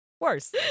worse